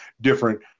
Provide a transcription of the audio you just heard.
different